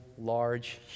large